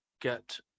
get